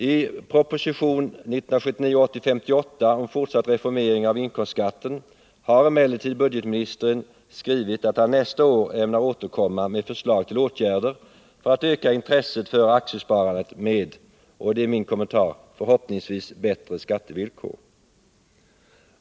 I proposition 1979/80:58 om fortsatt reformering av inkomstskatten har emellertid budgetministern skrivit att han nästa år ämnar återkomma med förslag till åtgärder för att öka intresset för aktiesparande med — och det är min kommentar — förhoppningsvis bättre skattevillkor.